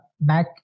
back